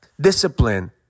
discipline